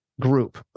group